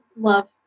Love